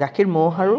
গাখীৰ ম'হ আৰু